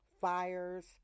fires